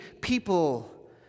people